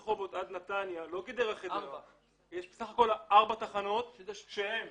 מרחובות עד נתניה יש סך הכל ארבע תחנות: נען,